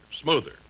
smoother